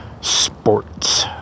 sports